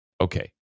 Okay